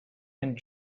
and